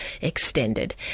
extended